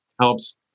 helps